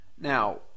Now